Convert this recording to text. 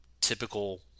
typical